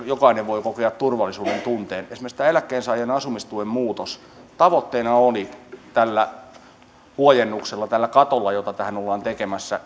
jokainen voi kokea turvallisuudentunteen esimerkiksi tämä eläkkeensaajan asumistuen muutos keskeisenä tavoitteena oli tällä huojennuksella tällä katolla joka tähän ollaan tekemässä